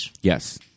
Yes